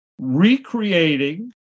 recreating